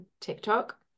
TikTok